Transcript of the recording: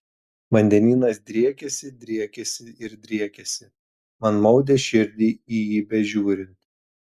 vandenynas driekėsi driekėsi ir driekėsi man maudė širdį į jį bežiūrint